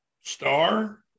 Star